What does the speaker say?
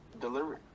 delivery